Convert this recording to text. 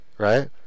Right